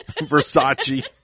Versace